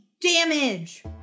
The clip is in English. Damage